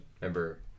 remember